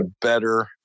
better